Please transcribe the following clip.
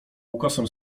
ukosem